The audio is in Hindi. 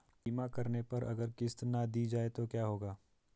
बीमा करने पर अगर किश्त ना दी जाये तो क्या होगा?